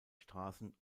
straßen